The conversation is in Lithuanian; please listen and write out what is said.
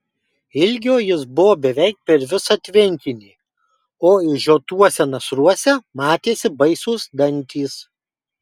ilgio jis buvo beveik per visą tvenkinį o išžiotuose nasruose matėsi baisūs dantys